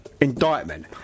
Indictment